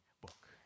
book